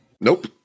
Nope